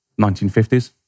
1950s